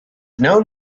known